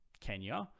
Kenya